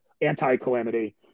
anti-calamity